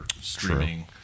streaming